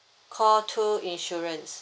call two insurance